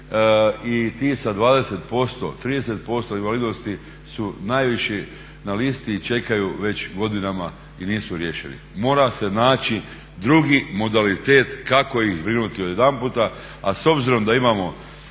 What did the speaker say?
i ti sa 20%, 30% invalidnosti su najviši na listi i čekaju već godinama i nisu riješeni. Mora se naći drugi modalitet kako ih zbrinuti odjedanputa. A s obzirom da imamo